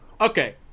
okay